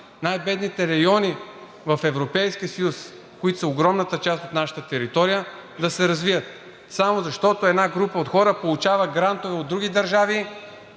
най-бедните райони в Европейския съюз, които са огромната част от нашата територия, да се развият, само защото една група от хора получава грантове от други държави,